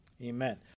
Amen